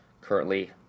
currently